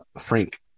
frank